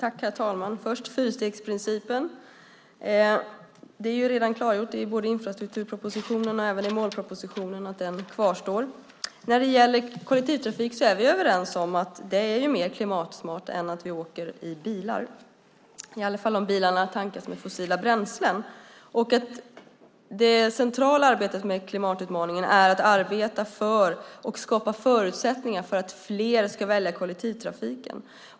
Herr talman! Först gäller det fyrstegsprincipen. Det är redan klargjort i både infrastrukturpropositionen och målpropositionen att den kvarstår. När det gäller kollektivtrafik är vi överens om att det är mer klimatsmart att åka kollektivt än att åka i bilar, i alla fall om bilarna tankas med fossila bränslen, och att det centrala arbetet med klimatutmaningen handlar om att skapa förutsättningar för att fler ska välja kollektivtrafiken.